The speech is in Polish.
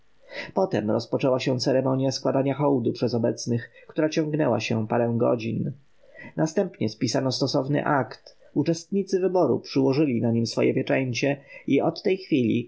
potem rozpoczęła się ceremonja składania hołdu przez obecnych która ciągnęła się parę godzin następnie spisano stosowny akt uczestnicy wyboru przyłożyli na nim swoje pieczęcie i od tej chwili